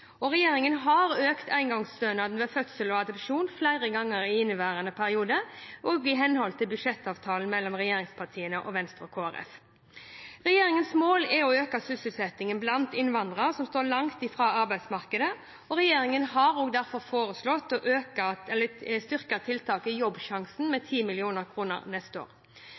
Regjeringen har økt engangsstønaden ved fødsel og adopsjon flere ganger i inneværende periode, i henhold til budsjettavtalen mellom regjeringspartiene og Venstre og Kristelig Folkeparti. Regjeringens mål er å øke sysselsettingen blant innvandrere som står langt fra arbeidsmarkedet. Regjeringen har derfor foreslått å styrke tiltaket Jobbsjansen med 10 mill. kr neste år.